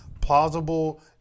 plausible